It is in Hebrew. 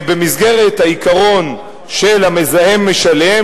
במסגרת העיקרון של המזהם משלם,